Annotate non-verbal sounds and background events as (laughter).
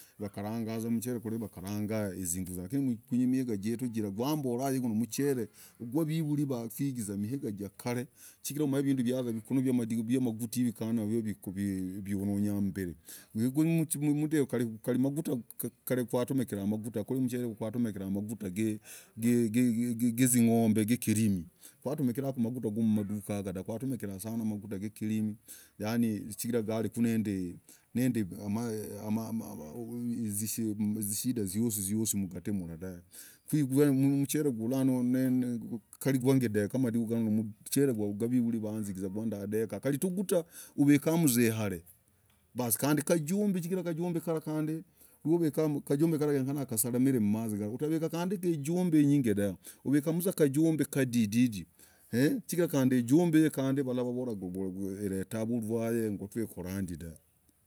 Wakaragavuzaa mchel kwiri wakagaragaa vuzaaa zuguzah lakini kwinyii miigaa jetuu jiraah rwah mborah iguu ni michele kwavivuli wakwigizaa jaaa kal chigirah vinduu vyaah chahmagutaah kanah viononya mmbirii kinduu likuvii mm mduyaa hegoi kalii magutaa kel kwatumikiraah magutaa kwiri mchel guu magutaa zezeze zaing'omb (hesitation) gwatumikirah saana magutaa ya madukaku dah gwatumikirah kiriiimm nendee amaaaa m (hesitation) nazishindaa zoosii zoosii mgatii mlah dahv kikwamchel kali deka nanooo m kwavivuli wakwigizaa kwiri tugutaa uvikamm vauzaa mbe hel basii kalii mijumb uvikamm viale noo vikamamm kajumb kalah yenyekena kasalamile mmaziii galah ukavikakuu ijumb inyingii dahv uvikavuzaa kajumb kadii dii dii dii eeeee chigirah kandii ijumb hii kandii malahvavolaah itaa vurwal gotwah orandii dah.